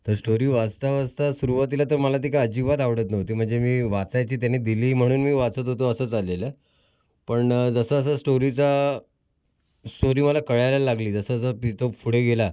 तर स्टोरी वाचता वाचता सुरुवातीला तर मला ती काय अजिबात आवडत नव्हती म्हणजे मी वाचायची त्यांनी दिली म्हणून मी वाचत होतो असं चाललं होतं पण जसं जसं स्टोरीचा स्टोरी मला कळायला लागली जसं जसं पितो पुढे गेला